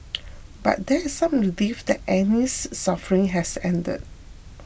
but there is some relief that Annie's suffering has ended